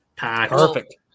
Perfect